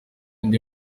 ndi